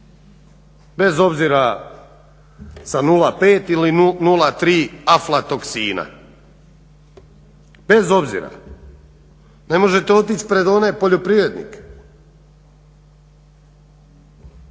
bez obzira sa 0,5 ili 0,3 aflatoksina, bez obzira. Ne možete otići pred one poljoprivrednike.